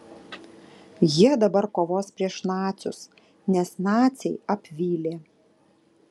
jie dabar kovos prieš nacius nes naciai apvylė